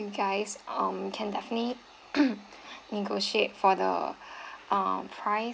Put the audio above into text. guys um can definitely negotiate for the um price